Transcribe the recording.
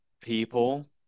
people